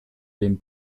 den